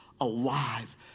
alive